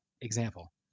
example